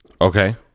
Okay